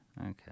Okay